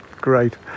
great